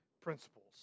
principles